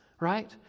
right